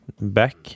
back